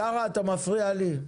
קארה, אתה מפריע לי.